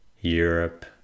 Europe